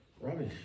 rubbish